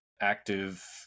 active